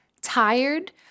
tired